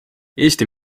eesti